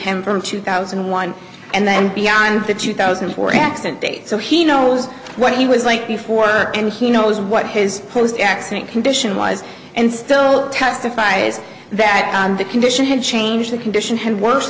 him from two thousand and one and then beyond the two thousand and four accident date so he knows what he was like before and he knows what his post accident condition was and still testify is that the condition had changed the condition had worse